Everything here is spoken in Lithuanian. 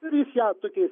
ir jis ją tokiais